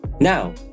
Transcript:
Now